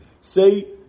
say